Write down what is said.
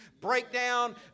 breakdown